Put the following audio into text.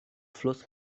fluss